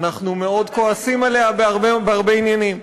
ואנחנו מאוד כועסים עליה בהרבה עניינים.